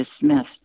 dismissed